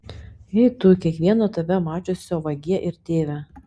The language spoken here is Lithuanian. ei tu kiekvieno tave mačiusio vagie ir tėve